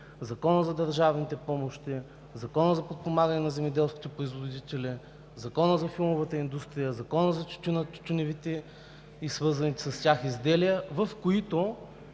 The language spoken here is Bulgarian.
Законът за държавните помощи, Законът за подпомагане на земеделските производители, Законът за филмовата индустрия, Законът за тютюна, тютюневите и свързаните с тях изделия, в които